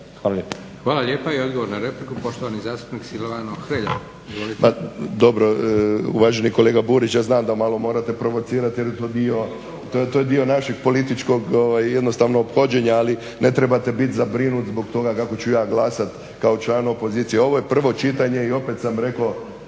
Hvala lijepa. I odgovor na repliku poštovani zastupnik Silvano Hrelja, izvolite. **Hrelja, Silvano (HSU)** Dobro, uvaženi kolega Burić ja znam da malo morate provocirati jer to je dio našeg političkog jednostavno ophođenja, ali ne trebate biti zabrinuti zbog toga kako ću ja glasati kao član opozicije. Ovo je prvo čitanje i opet sam rekao,